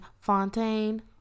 fontaine